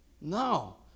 No